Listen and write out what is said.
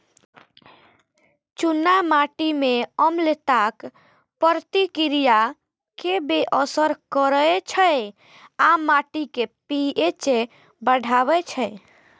चूना माटि मे अम्लताक प्रतिक्रिया कें बेअसर करै छै आ माटिक पी.एच बढ़बै छै